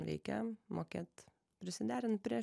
reikia mokėt prisiderint prie